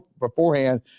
beforehand